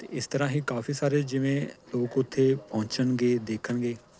ਅਤੇ ਇਸ ਤਰ੍ਹਾਂ ਇਹ ਕਾਫੀ ਸਾਰੇ ਜਿਵੇਂ ਲੋਕ ਉੱਥੇ ਪਹੁੰਚਣਗੇ ਦੇਖਣਗੇ